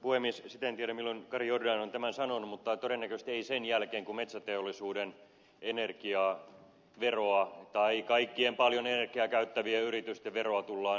sitä en tiedä milloin kari jordan on tämän sanonut mutta todennäköisesti ei sen jälkeen kun metsäteollisuuden energiaveroa tai kaikkien paljon energiaa käyttävien yritysten veroa tullaan loiventamaan